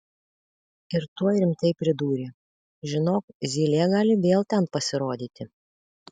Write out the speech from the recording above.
ir tuoj rimtai pridūrė žinok zylė gali vėl ten pasirodyti